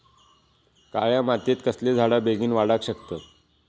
काळ्या मातयेत कसले झाडा बेगीन वाडाक शकतत?